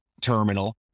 terminal